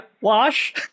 wash